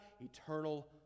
eternal